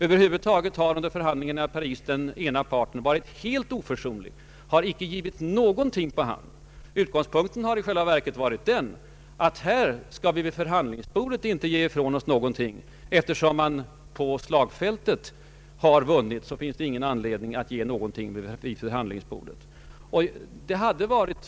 Över huvud taget har dessa parter under förhandlingarna i Paris varit helt oförsonliga, icke givit efter på någon punkt. Utgångspunkten har i själva verket varit den, att man här vid förhandlingsbordet inte skall ge efter för någonting. Eftersom man har vunnit på slagfältet finns det ingen anledning att göra det, anser man.